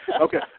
Okay